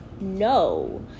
no